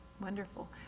Wonderful